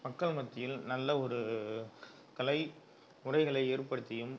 மக்கள் மத்தியில் நல்ல ஒரு கலை முறைகளை ஏற்படுத்தியும்